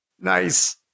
Nice